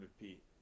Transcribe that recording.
repeat